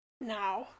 now